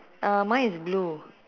uh mine is blue